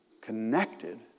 connected